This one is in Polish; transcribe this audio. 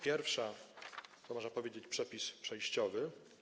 Pierwsza to, można powiedzieć, przepis przejściowy.